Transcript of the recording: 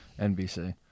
NBC